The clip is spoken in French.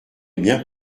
bien